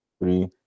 three